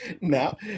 Now